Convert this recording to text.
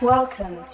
Welcome